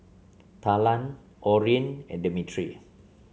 Talan Orrin and Demetri